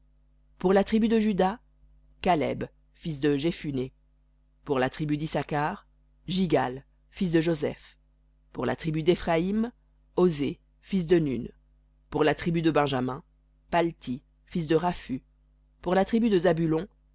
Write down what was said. pour la tribu de juda caleb fils de jephunné pour la tribu d'issacar jighal fils de joseph pour la tribu d'éphraïm osée fils de nun pour la tribu de benjamin palti fils de raphu pour la tribu de zabulon